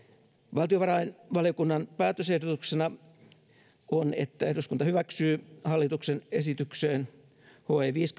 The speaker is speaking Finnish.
valtiovarainvaliokunnan päätösehdotuksena on että eduskunta hyväksyy hallituksen esitykseen viisi